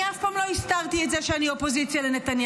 אני אף פעם לא הסתרתי את זה שאני אופוזיציה לנתניהו.